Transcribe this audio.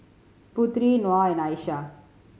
Putri Nor and Aishah